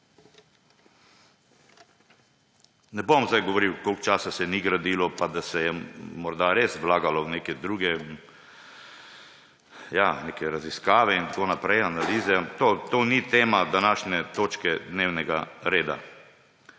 Ne bom zdaj govoril, koliko časa se ni gradilo pa da se je morda res vlagalo v neke druge, ja, neke raziskave in tako naprej, analize. To ni tema današnje točke dnevnega reda.